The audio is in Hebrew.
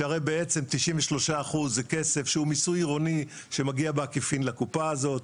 שהרי בעצם 93% זה כסף שהוא מיסוי עירוני שמגיע בעקיפין לקופה הזאת.